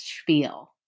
spiel